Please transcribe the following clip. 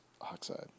oxide